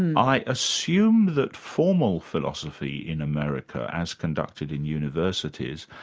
and i assume that formal philosophy in america as conducted in universities,